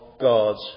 God's